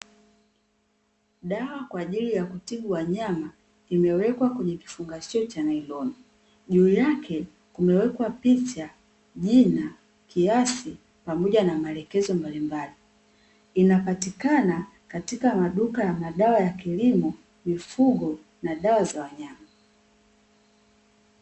Dawa kwaajili ya kutibu wanyama imewekwa kwenye kifungashio cha nailoni juu yake kumewekwa picha, jina, kiasi pamoja na maelekezo mbalimbali. Inapatikana katika maduka ya kilimo, mifugo na dawa za wanyama.